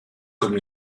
comme